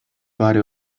body